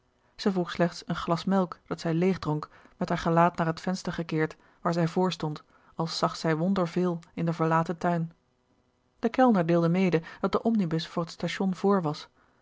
zij vroeg slechts een glas melk dat zij leeg dronk met haar gelaat naar het venster gekeerd waar zij vr stond als zag zij wonderveel in den verlaten tuin de kellner deelde mede dat de omnibus voor het station vr was